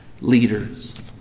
leaders